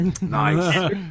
Nice